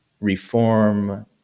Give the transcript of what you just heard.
reform